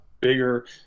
bigger